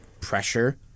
Pressure